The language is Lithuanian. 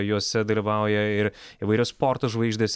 juose dalyvauja ir įvairios sporto žvaigždės